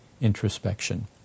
introspection